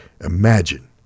Imagine